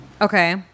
Okay